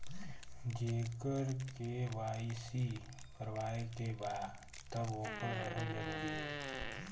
जेकर के.वाइ.सी करवाएं के बा तब ओकर रहल जरूरी हे?